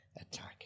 attack